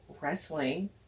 wrestling